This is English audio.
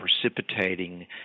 precipitating